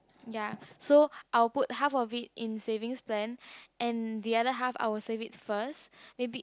ya so I will put half of in savings plan and the other half I will save it first maybe